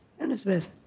Elizabeth